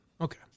Okay